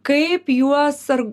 kaip juos ar